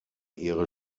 ihre